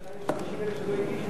עדיין יש 50,000 שלא הגישו,